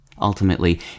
Ultimately